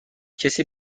کسی